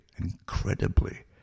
incredibly